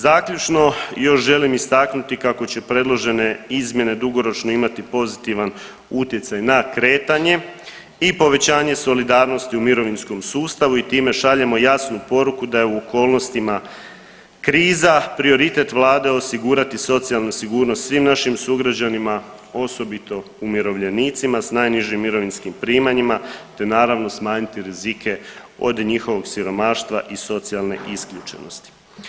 Zaključno još želim istaknuti kako će predložene izmjene dugoročno imati pozitivan utjecaj na kretanje i povećanje solidarnosti u mirovinskom sustavu i time šaljemo jasnu poruku da je u okolnostima kriza prioritet vlade osigurati socijalnu sigurnost svim našim sugrađanima, osobito umirovljenicima s najnižim mirovinskim primanjima te naravno smanjiti rizike od njihovog siromaštva i socijalne isključenosti.